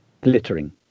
glittering